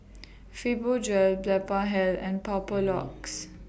Fibogel Blephagel and Papulex